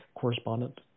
correspondent